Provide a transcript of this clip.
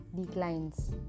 declines